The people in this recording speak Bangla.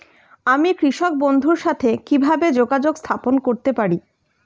আমি কৃষক বন্ধুর সাথে কিভাবে যোগাযোগ স্থাপন করতে পারি?